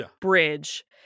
bridge